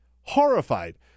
horrified